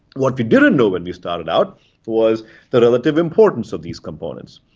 what we didn't know when we started out was the relative importance of these components.